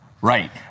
Right